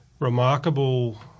remarkable